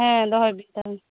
ᱦᱮᱸ ᱫᱚᱦᱚᱭ ᱵᱮᱱ ᱛᱟᱦᱚᱞᱮ